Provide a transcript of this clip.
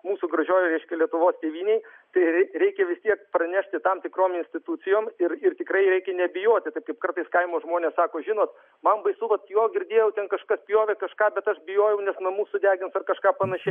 mūsų gražiojoj reiškia lietuvos tėvynėj tai rei reikia visiems pranešti tam tikrom institucijos ir tikrai reikia nebijoti taip kaip kartais kaimo žmonės sako žinot man baisu vat jo girdėjau ten kažkas pjovė kažką bet aš bijojau nes namus sudegins ar kažką panašiai